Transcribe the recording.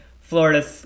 Florida